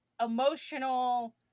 emotional